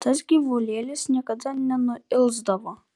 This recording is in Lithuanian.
tas gyvulėlis niekada nenuilsdavo